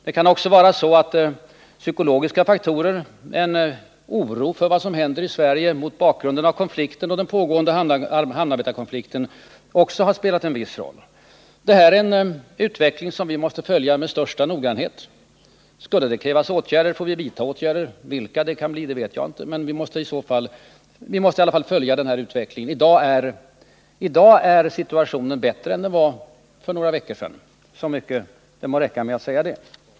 Det kan också vara så att även psykologiska faktorer — en oro för vad som händer i Sverige mot bakgrunden av konflikten och den pågående hamnarbetarkonflikten — har spelat en roll. Det här är en utveckling som vi måste följa med största noggrannhet. Skulle det krävas åtgärder får vi vidta sådana. Vilka det kan bli vet jag inte, men vi måste i alla fall följa utvecklingen. Men i dag är situationen som sagt bättre än den var för några veckor sedan. — Det må räcka med att säga det.